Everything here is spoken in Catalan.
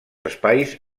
espais